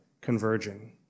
converging